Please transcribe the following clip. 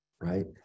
right